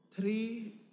three